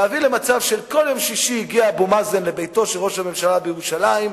למצב שכל יום שישי הגיע אבו מאזן לביתו של ראש הממשלה בירושלים,